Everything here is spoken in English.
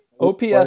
OPS